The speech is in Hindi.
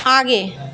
आगे